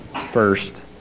first